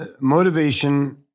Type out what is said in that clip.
motivation